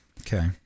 Okay